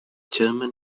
german